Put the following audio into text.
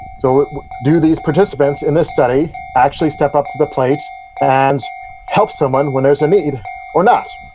so, do these participants in this study actually step up to the plate and help someone when there's a need or not?